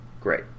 Great